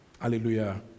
Hallelujah